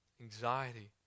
anxiety